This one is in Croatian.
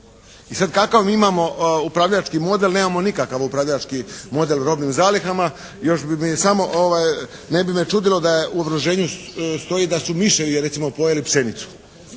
I sad kakav mi imamo upravljački model. Nemamo nikakav upravljački model robnim zalihama. Još bi mi samo, ne bi me čudilo da u udruženju stoji da su miševi recimo pojeli pšenicu.